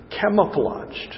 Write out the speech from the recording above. camouflaged